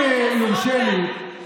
ואמרתי לך את זה עשרות פעמים.